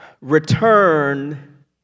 return